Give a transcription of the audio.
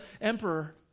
emperor